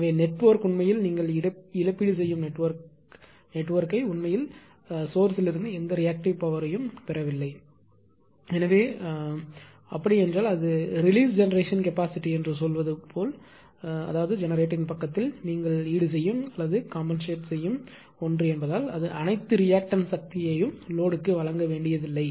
எனவே நெட்வொர்க் உண்மையில் நீங்கள் இழப்பீடு செய்யும் நெட்வொர்க்கை உண்மையில் மூலத்திலிருந்து எந்த ரியாக்டிவ் பவர் யும் பெறவில்லை எனவே அது அப்படி என்றால் அது ரிலீஸ் ஜெனெரேஷன் கேபாஸிட்டி என்று சொல்வது போல் அதாவது ஜெனரேட்டரின் பக்கத்தில் நீங்கள் ஈடுசெய்யும் ஒன்று என்பதால் அது அனைத்து ரியாக்டன்ஸ் சக்தியையும் லோடுக்கு வழங்க வேண்டியதில்லை